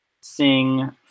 sing